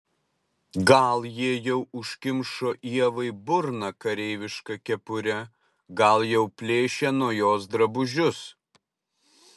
gal jie jau užkimšo ievai burną kareiviška kepure gal jau plėšia nuo jos drabužius